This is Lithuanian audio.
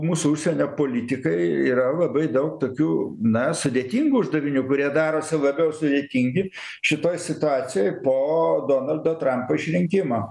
mūsų užsienio politikai yra labai daug tokių na sudėtingų uždavinių kurie darosi labiau sudėtingi šitoj situacijoj po donaldo trampo išrinkimo